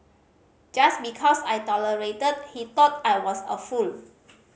just because I tolerated he thought I was a fool